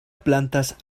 plantas